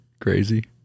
Crazy